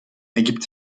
ergibt